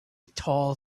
tall